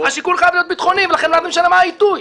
השיקול חייב להיות ביטחוני ולכן מה זה משנה מה העיתוי?